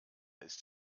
ist